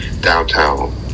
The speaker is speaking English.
downtown